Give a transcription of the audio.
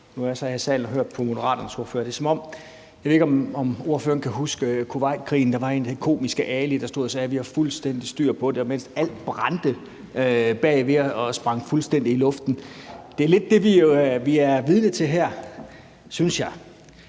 i salen og har hørt på Moderaternes ordfører. Jeg ved ikke, om ordføreren kan huske Kuwaitkrigen. Der var en, der hed Komiske Ali, der stod og sagde: Vi har fuldstændig styr på det – mens alt brændte bagved og sprang fuldstændig i luften. Det er lidt det, vi er vidne til her, synes jeg.